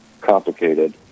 complicated